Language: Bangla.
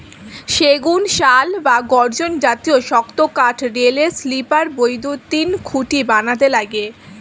সেগুন, শাল বা গর্জন জাতীয় শক্ত কাঠ রেলের স্লিপার, বৈদ্যুতিন খুঁটি বানাতে লাগে